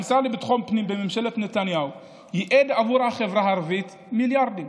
המשרד לביטחון פנים בממשלת נתניהו ייעד עבור החברה הערבית מיליארדים.